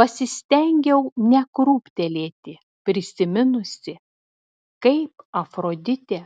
pasistengiau nekrūptelėti prisiminusi kaip afroditė